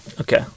Okay